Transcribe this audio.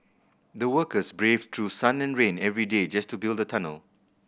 the workers braved through sun and rain every day just to build the tunnel